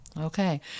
Okay